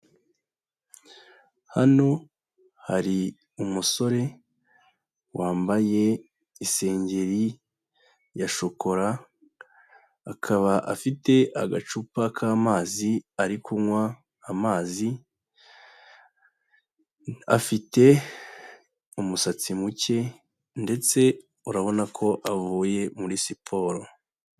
Hano hari umusore wambaye isengeri ya shokora, akaba afite agacupa k'amazi ari kunywa amazi, afite umusatsi muke ndetse urabona ko avuye muri siporo.